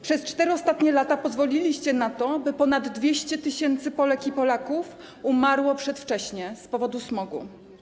Przez ostatnie 4 lata pozwoliliście na to, by ponad 200 tys. Polek i Polaków umarło przedwcześnie z powodu smogu.